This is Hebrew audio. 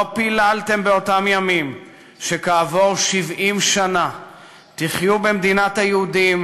לא פיללתם באותם ימים שכעבור 70 שנה תחיו במדינת היהודים